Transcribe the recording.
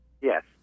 Yes